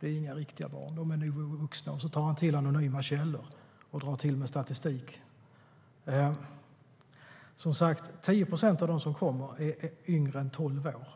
Det är inga riktiga barn, menar han. De är nog vuxna. Och så tar han till anonyma källor och drar till med statistik. Som sagt, 10 procent av dem som kommer är yngre än tolv år.